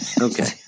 okay